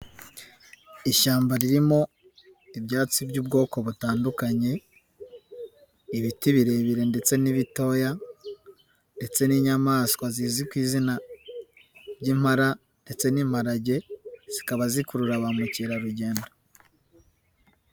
Ishyamba ririmo ibyatsi by'ubwoko butandukanye, ibiti birebire ndetse n'ibitoya ndetse n'inyamaswa zizwi ku izina ry'impara ndetse n'imparage, zikaba zikurura ba mukerarugendo.